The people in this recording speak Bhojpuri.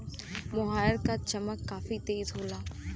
मोहायर क चमक काफी तेज होला